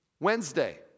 Wednesday